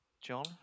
John